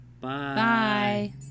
Bye